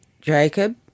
Jacob